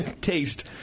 taste